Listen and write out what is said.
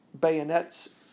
bayonets